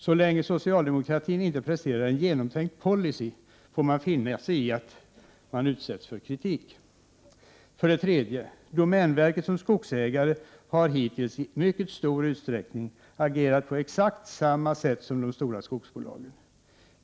Så länge socialdemokratin inte presterar en genomtänkt policy, får man finna sig i att utsättas för kritik. 3. Domänverket som skogsägare har hittills i mycket stor utsträckning agerat på exakt samma sätt som de stora skogsbolagen.